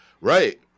Right